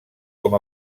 com